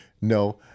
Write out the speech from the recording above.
no